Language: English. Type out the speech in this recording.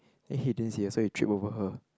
then he didn't see her so he tripped over her